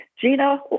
Gina